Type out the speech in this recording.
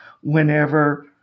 whenever